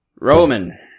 Roman